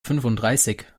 fünfunddreißig